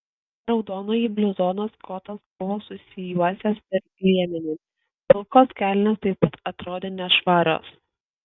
raudonąjį bluzoną skotas buvo susijuosęs per liemenį pilkos kelnės taip pat atrodė nešvarios